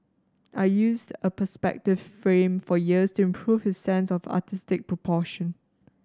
I used a perspective frame for years to improve his sense of artistic proportion